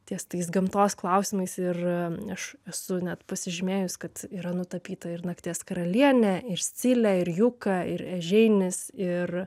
ties tais gamtos klausimais ir aš esu net pasižymėjus kad yra nutapyta ir nakties karalienė ir scilė ir juka ir ežeinis ir